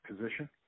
position